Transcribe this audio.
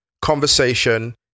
conversation